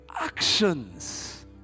actions